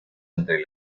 entre